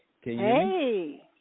hey